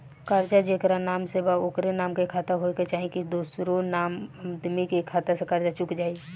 कर्जा जेकरा नाम से बा ओकरे नाम के खाता होए के चाही की दोस्रो आदमी के खाता से कर्जा चुक जाइ?